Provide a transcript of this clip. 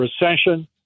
recession